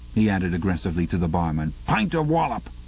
he added aggressively to the barman. pint of wallop